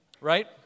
Right